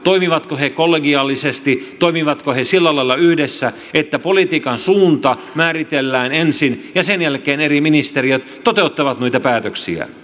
toimivatko he kollegiaalisesti toimivatko he sillä lailla yhdessä että politiikan suunta määritellään ensin ja sen jälkeen eri ministeriöt toteuttavat noita päätöksiä